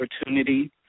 opportunity